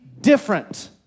different